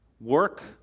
work